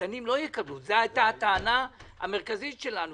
הקטנים לא יקבלו, זאת הייתה הטענה המרכזית שלנו.